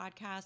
podcast